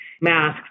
masks